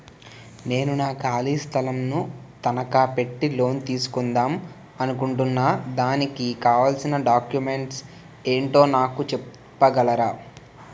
నేను నా ఖాళీ స్థలం ను తనకా పెట్టి లోన్ తీసుకుందాం అనుకుంటున్నా దానికి కావాల్సిన డాక్యుమెంట్స్ ఏంటో నాకు చెప్పగలరా?